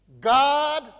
God